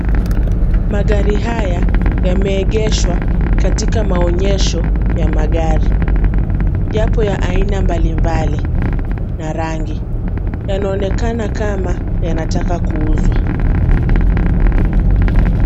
Magari haya yameegeshwa katika maonyesho ya magari. Yapo ya aina mbalimbali na rangi. Yanaonekana kama yanataka kuuzwa.